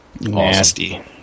Nasty